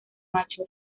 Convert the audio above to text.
macho